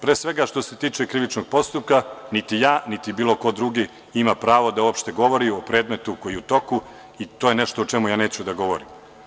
Pre svega, što se tiče krivičnog postupka niti ja, niti bilo ko drugi ima pravo da uopšte govori o predmetu koji je u toku i to nešto o čemu neću da govorim.